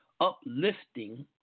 uplifting